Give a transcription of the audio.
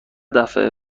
دفعه